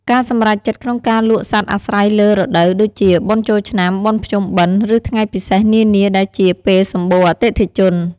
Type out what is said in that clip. ការសម្រេចចិត្តក្នុងការលក់សត្វអាស្រ័យលើរដូវ ដូចជា បុណ្យចូលឆ្នាំ បុណ្យភ្ជុំបិណ្ឌ ឬថ្ងៃពិសេសនានាដែលជាពេលសម្បូរអតិថិជន។